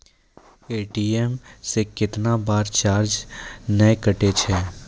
ATM से कैतना बार चार्ज नैय कटै छै?